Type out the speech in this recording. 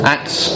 Acts